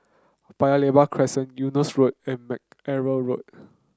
Paya Lebar Crescent Eunos Road and Mackerrow Road